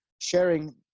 sharing